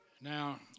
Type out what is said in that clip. now